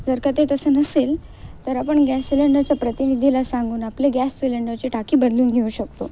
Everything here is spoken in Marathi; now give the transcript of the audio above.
जर का ते तसं नसेल तर आपण गॅस सिलेंडरच्या प्रतिनिधीला सांगून आपले गॅस सिलेंडरची टाकी बदलून घेऊ शकतो